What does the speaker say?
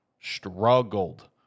Struggled